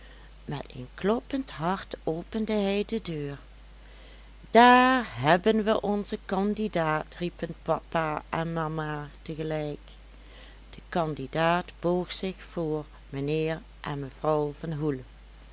met een kloppend hart opende hij de deur daar hebben we onzen candidaat riepen papa en mama tegelijk de candidaat boog zich voor mijnheer en mevrouw van hoel